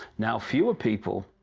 now fewer people